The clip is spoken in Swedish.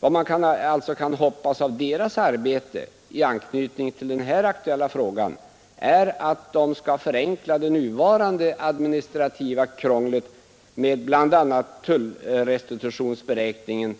Man kan alltså hoppas att deras arbete i anknytning till den här aktuella frågan innebär att de skall förenkla det nuvarande administrativa krånglet med bl.a. tullrestitutionsberäkningen